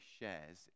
shares